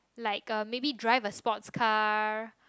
like um maybe drive a sports car